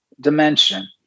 dimension